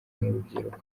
n’urubyiruko